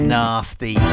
nasty